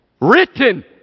written